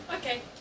Okay